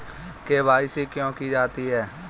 KYC क्यों की जाती है?